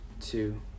two